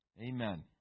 Amen